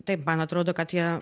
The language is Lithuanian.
taip man atrodo kad jie